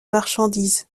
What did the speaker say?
marchandises